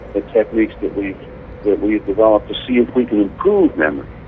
the techniques that we've yeah we've developed to see if we can improve memory.